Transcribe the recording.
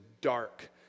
dark